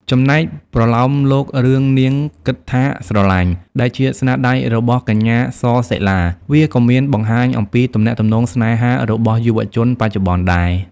ចំណែកប្រលោមលោករឿង នាងគិតថាស្រឡាញ់ ដែលជាស្នាដៃរបស់កញ្ញា ស សិលា វាក៏មានបង្ហាញអំពីទំនាក់ទំនងស្នេហារបស់យុវជនបច្ចុប្បន្នដែរ។